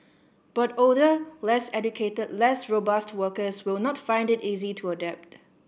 but older less educated less robust workers will not find it easy to adapt